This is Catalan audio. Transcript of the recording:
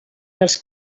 els